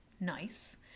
nice